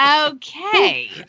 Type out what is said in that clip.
okay